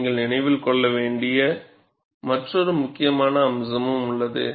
நீங்கள் நினைவில் கொள்ள வேண்டிய மற்றொரு முக்கியமான அம்சமும் உள்ளது